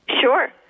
Sure